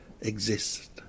exist